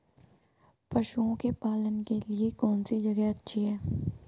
पशुओं के पालन के लिए कौनसी जगह अच्छी है?